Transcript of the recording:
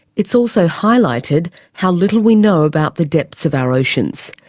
it's also highlighted how little we know about the depths of our oceans.